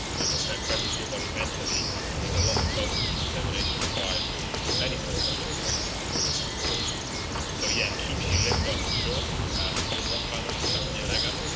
as i said presence your body mentally there's a lot of focus and determination required with with many sports not just the ones that i enjoyed before so yeah, it keeps you limber for sure with rock climbing like chuck in your leg up